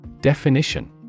Definition